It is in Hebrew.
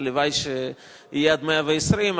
הלוואי שיהיה עד מאה-ועשרים,